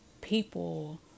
people